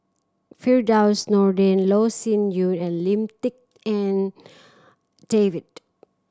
Firdaus Nordin Loh Sin Yun and Lim Tik En David